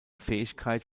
fähigkeit